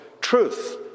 truth